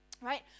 right